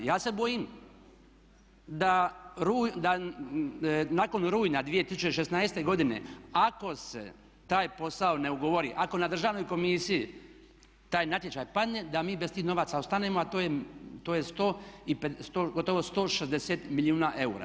Ja se bojim da nakon rujna 2016. godine ako se taj posao ne ugovori, ako na državnoj komisiji taj natječaj padne da mi bez tih novaca ostanemo a to je gotovo 160 milijuna eura.